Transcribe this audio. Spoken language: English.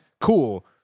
cool